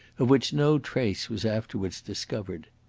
of which no trace was afterwards discovered.